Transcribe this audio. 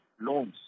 loans